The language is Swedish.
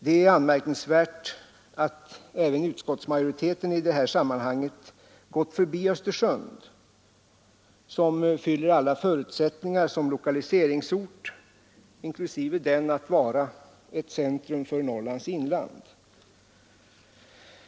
Det är anmärkningsvärt att även utskottsmajoriteten i det sammanhanget gått förbi Östersund, som har alla förutsättningar som lokaliseringsort, inklusive den att vara ett centrum för Norrlands inland.